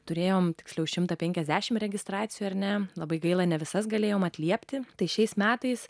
turėjome tiksliau šimtą penkiasdešim registracijų ar ne labai gaila ne visas galėjome atliepti tai šiais metais